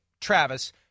Travis